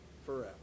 Forever